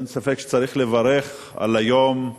אין ספק שצריך לברך על היום,